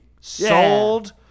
Sold